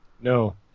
no